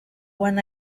when